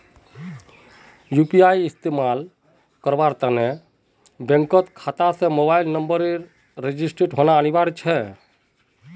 UPI इस्तमाल करवार त न बैंक खाता स मोबाइल नंबरेर रजिस्टर्ड होना अनिवार्य छेक